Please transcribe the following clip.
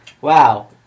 Wow